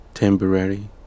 temporary